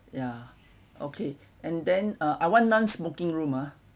ya okay and then uh I want non-smoking room ah